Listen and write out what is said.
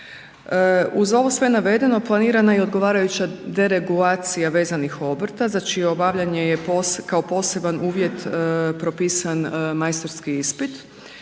Uz ovo sve navedeno, planirana je i odgovarajuća deregulacija vezanih obrta za čije obavljanje je kao poseban uvjet propisan majstorski ispit.